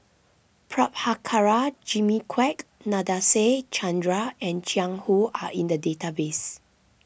Prabhakara Jimmy Quek Nadasen Chandra and Jiang Hu are in the database